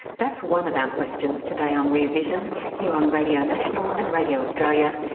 that's one of our questions today on rear vision, here on radio national and radio australia,